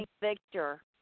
Victor